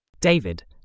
David